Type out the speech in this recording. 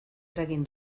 eragin